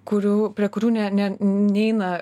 kurių prie kurių ne ne neina